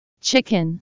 Chicken